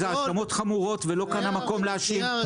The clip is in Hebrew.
אלה האשמות חמורות ולא כאן המקום להאשים.